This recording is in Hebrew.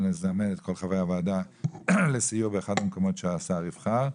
נזמן את כל חברי הוועדה לסיור באחד מהמקומות שהשר ייבחר.